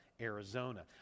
Arizona